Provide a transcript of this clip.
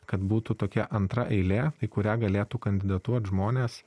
kad būtų tokia antra eilė į kurią galėtų kandidatuot žmonės